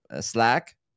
Slack